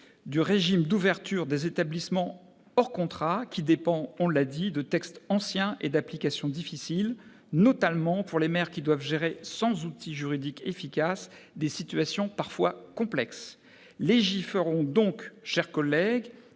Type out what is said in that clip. du régime d'ouverture des établissements hors contrat, qui dépend, cela a été dit, de textes anciens et d'application difficile, notamment pour les maires qui doivent gérer, sans outil juridique efficace, des situations parfois complexes. Légiférons donc, chers collègues,